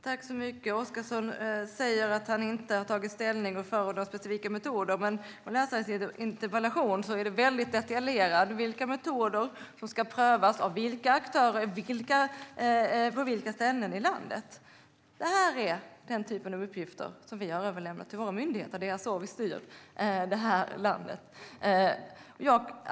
Herr talman! Oscarsson säger att han inte har tagit ställning eller förordar specifika metoder. Men när jag läser hans interpellation ser jag att det där är väldigt detaljerat vilka metoder som ska prövas av vilka aktörer och på vilka ställen i landet. Sådana uppgifter har vi överlämnat till våra myndigheter. Det är så vi styr landet.